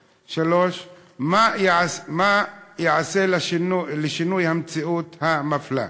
3. מה ייעשה לשינוי המציאות המפלה?